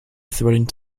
threatened